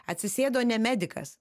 atsisėdo ne medikas